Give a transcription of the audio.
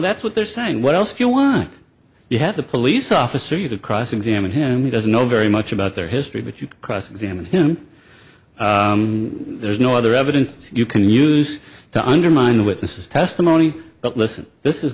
that's what they're saying what else you want you have the police officer you could cross examine him he doesn't know very much about their history but you can cross examine him there's no other evidence you can use to undermine witnesses testimony but listen this is